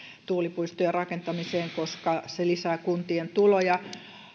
tuulipuistojen rakentamiseen koska se lisää kuntien tuloja